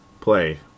play